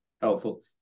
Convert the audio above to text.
helpful